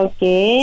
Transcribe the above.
Okay